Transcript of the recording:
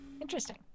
Interesting